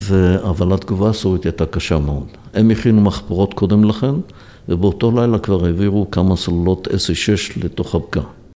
אבל התגובה הסורית הייתה קשה מאוד, הם הכינו מחפורות קודם לכן ובאותו לילה כבר העבירו כמה סלולות SA-6 לתוך הבקעה